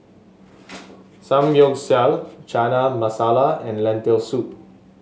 Samgyeopsal Chana Masala and Lentil Soup